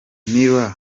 mueller